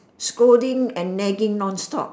scolding and nagging non stop